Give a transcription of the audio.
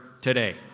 today